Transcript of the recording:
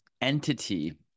entity